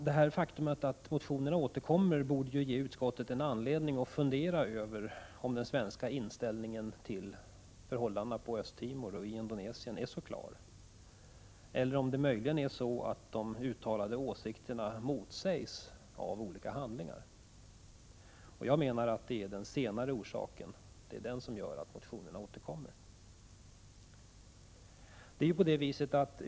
Det faktum att motionen återkommer borde ge utskottet anledning att fundera över om den svenska inställningen till förhållandena på Östra Timor och i Indonesien är så klar, eller om det möjligen är så att de uttalade åsikterna motsäges av olika handlingar. Jag anser att det är de senare som är orsaken till att motionerna återkommer.